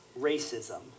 Racism